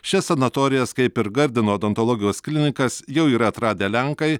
šias sanatorijas kaip ir gardino odontologijos klinikas jau yra atradę lenkai